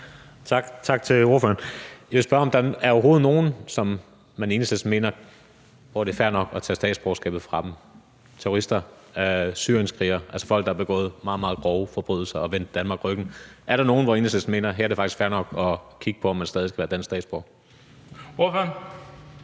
og tak til ordføreren. Jeg vil spørge, om der overhovedet er nogen, som man i Enhedslisten mener det er fair nok at tage statsborgerskabet fra – terrorister, syrienskrigere, altså folk, der har begået meget, meget grove forbrydelser og vendt Danmark ryggen. Er der nogen, hvor Enhedslisten mener, at her er det faktisk fair nok at kigge på, om man stadig væk skal være dansk statsborger? Kl.